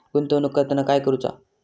गुंतवणूक करताना काय करुचा?